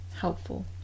helpful